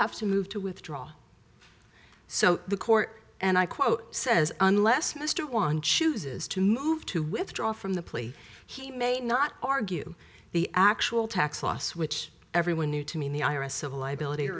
have to move to withdraw so the court and i quote says unless mr one chooses to move to withdraw from the plea he may not argue the actual tax loss which everyone knew to mean the i r s civil liability